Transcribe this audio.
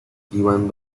iban